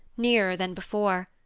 nearer than before.